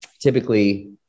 Typically